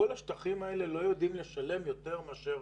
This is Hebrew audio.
כל השטחים האלה לא יודעים לשלם יותר מאשר